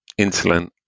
insulin